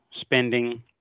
spending